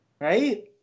Right